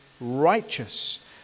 righteous